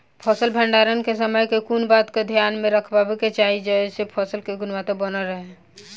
फसल भण्डारण केँ समय केँ कुन बात कऽ ध्यान मे रखबाक चाहि जयसँ फसल केँ गुणवता बनल रहै?